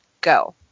go